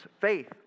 faith